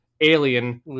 Alien